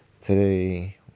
Today